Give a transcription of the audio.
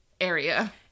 area